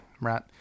Right